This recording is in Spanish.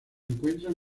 encuentran